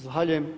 Zahvaljujem.